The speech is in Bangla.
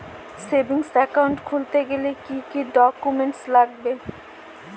সেভিংস একাউন্ট খুলতে গেলে কি কি ডকুমেন্টস লাগবে?